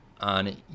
on